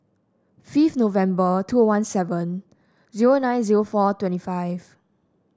fifth November two one seven zero nine zero four twenty five